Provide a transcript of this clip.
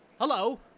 Hello